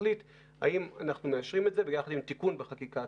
תחליט האם אנחנו מאשרים את זה יחד עם תיקון בחקיקה.